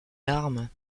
larmes